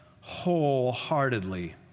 wholeheartedly